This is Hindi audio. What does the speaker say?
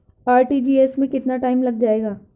आर.टी.जी.एस में कितना टाइम लग जाएगा?